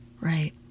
Right